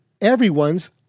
everyone's